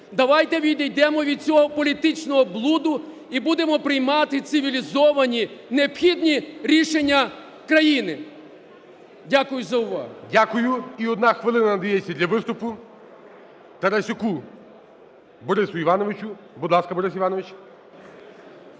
Давайте відійдемо від цього політичного блуду і будемо приймати цивілізовані необхідні рішення країни. Дякую за увагу. ГОЛОВУЮЧИЙ. Дякую. І одна хвилина надається для виступу Тарасюку Борису Івановичу. Будь ласка, Борис Іванович.